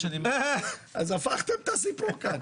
אז הפכתם את הסיפור כאן.